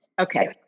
Okay